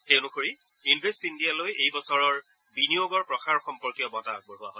সেই অনুসৰি ইন্ভেষ্ট ইণ্ডিয়ালৈ এই বছৰৰ বিনিয়োগৰ প্ৰসাৰ সম্পৰ্কীয় বঁটা আগবঢ়োৱা হয়